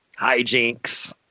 hijinks